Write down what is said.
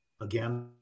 Again